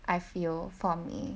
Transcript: I feel for me